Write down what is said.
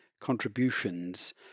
contributions